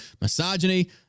misogyny